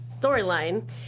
storyline